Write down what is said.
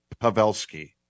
Pavelski